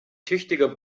tüchtiger